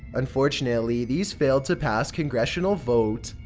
unfortunately, these failed to pass congressional vote.